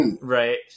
right